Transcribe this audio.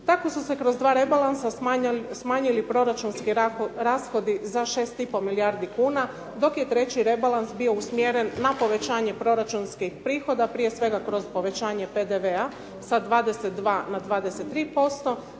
Tako su se kroz dva rebalansa smanjili proračunski rashodi za 6,5 milijardi kuna dok je treći rebalans bio usmjeren na povećanje proračunskih prihoda, prije svega kroz povećanje PDV-a sa 22 na 23%